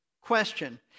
question